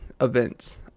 events